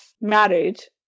marriage